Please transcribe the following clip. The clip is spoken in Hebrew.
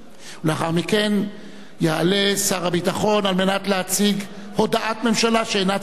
לאחר מכן יעלה שר הביטחון על מנת להציג הודעת ממשלה שאינה צריכה הצבעה,